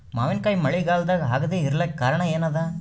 ಮಾವಿನಕಾಯಿ ಮಳಿಗಾಲದಾಗ ಆಗದೆ ಇರಲಾಕ ಕಾರಣ ಏನದ?